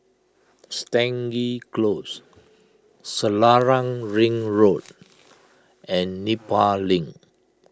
Stangee Close Selarang Ring Road and Nepal Link